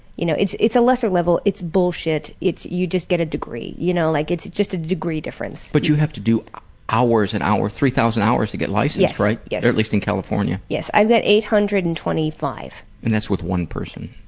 you know, it's it's a lesser level, it's bullshit, you just get a degree, you know, like it's just a degree difference. but you have to do hours and hours, three thousand hours to get licensed right, at least in california? yes. i've got eight hundred and twenty five. and that's with one person.